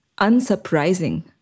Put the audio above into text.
unsurprising